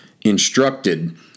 instructed